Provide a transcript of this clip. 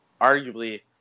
arguably